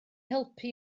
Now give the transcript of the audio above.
helpu